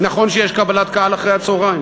נכון שיש קבלת קהל אחר-הצהריים?